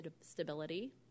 stability